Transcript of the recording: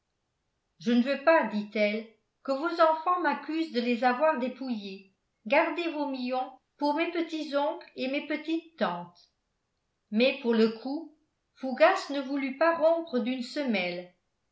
je ne veux pas dit-elle que vos enfants m'accusent de les avoir dépouillés gardez vos millions pour mes petits oncles et mes petites tantes mais pour le coup fougas ne voulut pas rompre d'une semelle